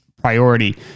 priority